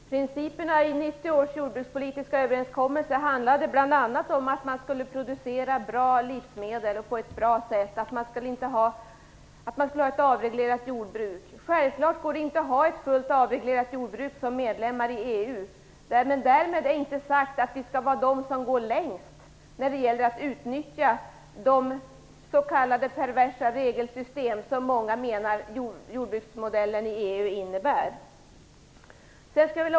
Herr talman! Principerna i 1990 års jordbrukspolitiska överenskommelse handlade bl.a. om att man skulle producera bra livsmedel på ett bra sätt. Det skulle vara ett avreglerat jordbruk. Självfallet går det inte att ha ett helt avreglerat jordbruk som medlem i EU. Därmed är det inte sagt att Sverige skall vara det land som går längst när det gäller att utnyttja de "perversa" regelsystem som många menar att jordbruksmodellen i EU innebär.